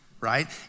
right